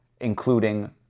including